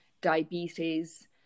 diabetes